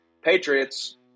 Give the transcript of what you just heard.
Patriots